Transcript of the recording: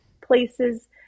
places